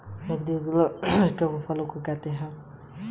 नगदी की उपलब्धि की स्थिति को कैश फ्लो कहते हैं